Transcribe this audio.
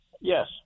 Yes